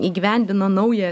įgyvendino naują